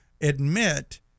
admit